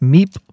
Meep